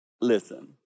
listen